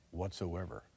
whatsoever